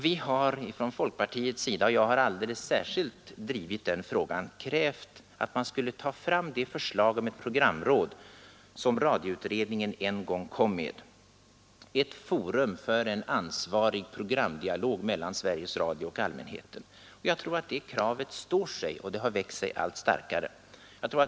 Vi har från folkpartiet — och jag har alldeles särskilt drivit den frågan — krävt att man skulle ta fram det förslag om ett programråd som radioutredningen en gång kom med — ett forum för en ansvarig programdialog mellan Sveriges Radio och allmänheten. Jag tror att det kravet står sig och har växt sig allt starkare.